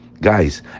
Guys